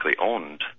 owned